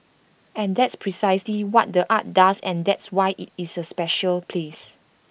and that's precisely what the art does and that's why IT is A special place